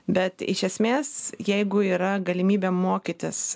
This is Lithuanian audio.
bet iš esmės jeigu yra galimybė mokytis